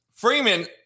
Freeman